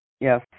Yes